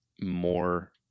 more